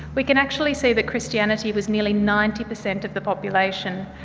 we can actually see that christianity was nearly ninety per cent of the population,